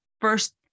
first